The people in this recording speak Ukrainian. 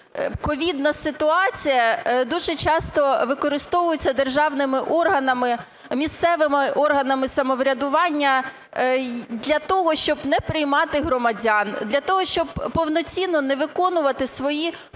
ковідна ситуація дуже часто використовується державними органами, місцевими органами самоврядування для того, щоб не приймати громадян, для того, щоб повноцінно не виконувати свої